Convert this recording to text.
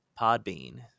Podbean